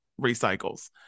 recycles